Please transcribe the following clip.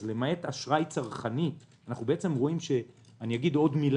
אז למעט אשראי צרכני אני אגיד עוד משהו